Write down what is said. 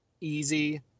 easy